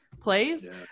plays